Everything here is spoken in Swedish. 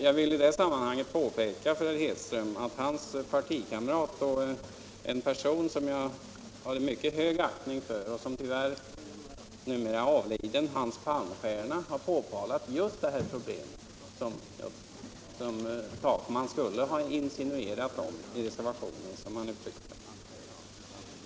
Jag vill i det sammanhanget påpeka för herr Hedström att hans partikamrat — en person som jag hyst stor aktning för men som tyvärr numera är avliden — Hans Palmstierna har påtalat just detta problem som Takman skulle ha ”insinuerat” om i reservationen.